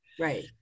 Right